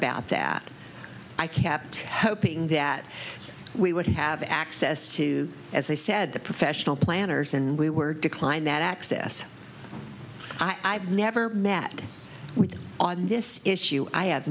about that i kept hoping that we would have access to as they said the professional planners and we were declined that access i've never met with on this issue i ha